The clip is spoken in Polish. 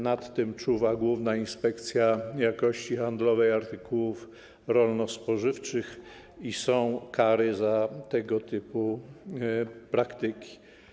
Nad tym czuwa Inspekcja Jakości Handlowej Artykułów Rolno-Spożywczych i są kary za tego typu praktyki.